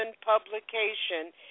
publication